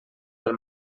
del